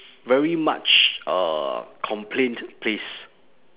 very much uh complained place